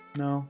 no